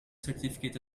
certificate